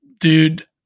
Dude